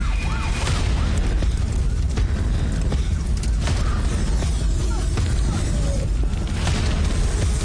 כמו שאמרתי, אנחנו מציינים עשור לאסון הכרמל.